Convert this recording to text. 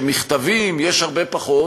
שמכתבים יש הרבה פחות,